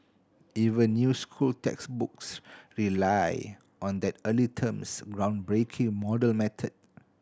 even new school textbooks rely on that early team's groundbreaking model method